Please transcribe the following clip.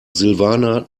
silvana